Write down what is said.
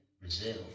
Brazil